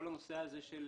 כל הנושא הזה של